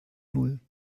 null